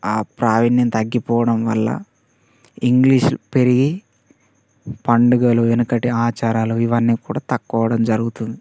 ఆ ప్రావీణ్యం తగ్గిపోవడం వల్ల ఇంగ్లీష్ పెరిగి పండుగలు వెనకటి ఆచారాలు ఇవన్నీ కూడ తక్కువవడం జరుగుతుంది